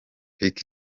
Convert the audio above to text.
lick